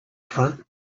front